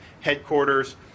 headquarters